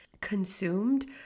consumed